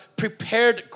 prepared